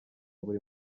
buri